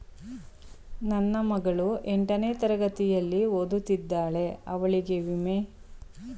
ನನ್ನ ಮಗಳು ಎಂಟನೇ ತರಗತಿಯಲ್ಲಿ ಓದುತ್ತಿದ್ದಾಳೆ ಅವಳಿಗೆ ವಿಮೆ ಮಾಡಿಸಬಹುದೇ?